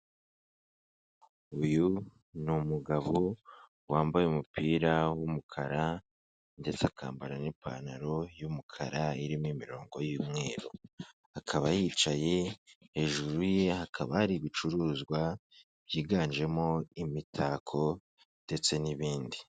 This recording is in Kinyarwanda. Uyu ni umugabo wambaye umupira w'umukara ndetse akambara n'ipantaro y'umukara irimo imirongo y'umweru, akaba yicaye; hejuru ye hakaba hari ibicuruzwa byiganjemo imitako ndetse n'ibindi.